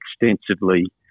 extensively